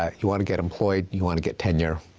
ah you wanna get employed, you wanna get tenure,